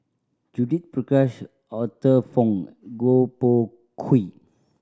Judith Prakash Arthur Fong Goh Koh Pui